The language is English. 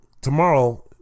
tomorrow